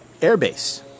airbase